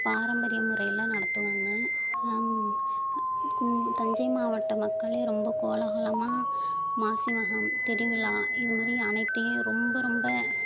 பாரம்பரிய முறையில் நடத்துவாங்க கும்ப தஞ்சை மாவட்ட மக்களே ரொம்ப கோலாகலமாக மாசி மகம் திருவிழா இது மாதிரி அனைத்தையும் ரொம்ப ரொம்ப